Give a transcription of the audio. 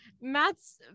Matt's